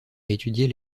étudier